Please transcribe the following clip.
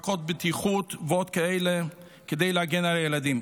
מעקות בטיחות ועוד כאלה כדי להגן על הילדים,